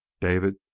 David